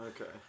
Okay